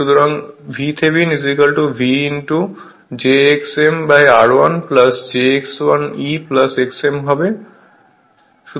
সুতরাং VThevenin v j x mr1 j x1e x m হবে